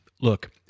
look